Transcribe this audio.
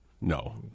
No